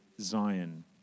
Zion